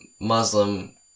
Muslim